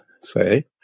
say